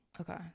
Okay